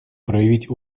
проявить